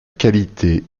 qualité